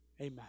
amen